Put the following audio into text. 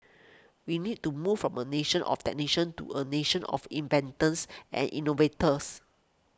we need to move from a nation of technicians to a nation of inventors and innovators